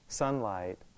sunlight